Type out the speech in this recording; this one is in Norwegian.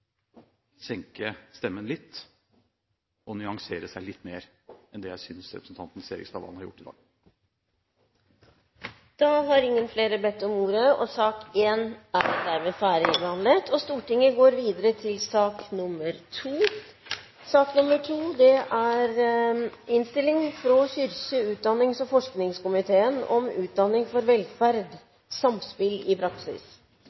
senke stemmen litt og nyansere seg litt mer enn det jeg synes representanten Serigstad Valen har gjort i dag. Flere har ikke bedt om ordet til sak nr. 1. Etter ønske fra kirke-, utdannings- og forskningskomiteen vil presidenten foreslå at debatten blir begrenset til